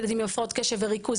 ילדים עם הפרעות קשב וריכוז,